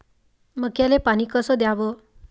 मक्याले पानी कस द्याव?